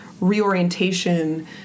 reorientation